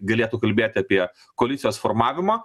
galėtų kalbėti apie koalicijos formavimą